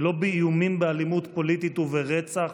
ולא באיומים באלימות פוליטית וברצח,